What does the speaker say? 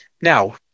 now